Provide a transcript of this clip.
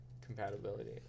compatibility